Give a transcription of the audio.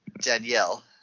Danielle